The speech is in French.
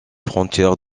frontières